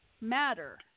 Matter